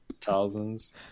thousands